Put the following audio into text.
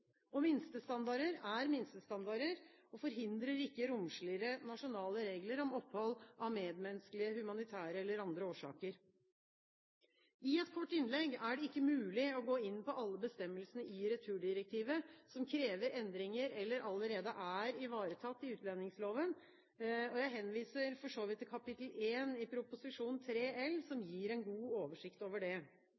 ytterligere. Minstestandarder er minstestandarder og forhindrer ikke romsligere nasjonale regler om opphold av medmenneskelige, humanitære eller andre årsaker. I et kort innlegg er det ikke mulig å gå inn på alle bestemmelsene i returdirektivet som krever endringer, eller allerede er ivaretatt i utlendingsloven, og jeg henviser for så vidt til kapittel 1 i Prop. 3 L, som